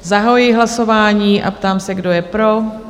Zahajuji hlasování a ptám se, kdo je pro?